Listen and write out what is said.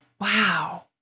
Wow